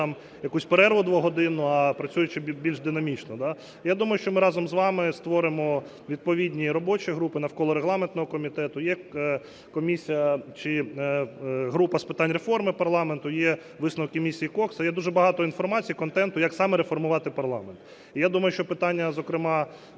якусь перерву двогодинну, а працюючи більш динамічно. Я думаю, що ми разом з вами створимо відповідні робочі групи навколо регламентного комітету. Є комісія чи група з питань реформи парламенту. Є висновки Місії Кокса. Є дуже багато інформації, контенту, як саме реформувати парламент. І я думаю, що питання зокрема